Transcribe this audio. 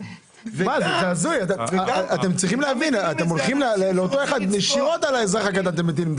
ובנוסף --- אתם מטילים את המס הזה ישירות על האזרח הקטן.